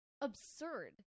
Absurd